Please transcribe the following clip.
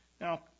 Now